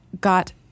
got